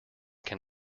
can